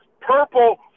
purple